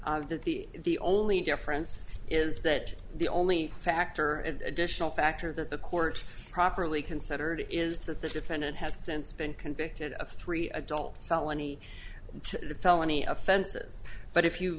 that the the only difference is that the only factor additional factor that the court properly considered is that the defendant has since been convicted of three adult felony and the felony offenses but if you